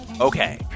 okay